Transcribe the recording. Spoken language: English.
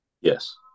Yes